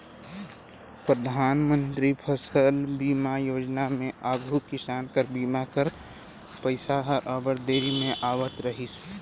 परधानमंतरी फसिल बीमा योजना में आघु किसान कर बीमा कर पइसा हर अब्बड़ देरी में आवत रहिस